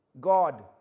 God